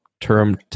Term